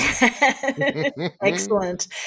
Excellent